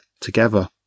together